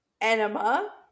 enema